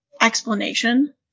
explanation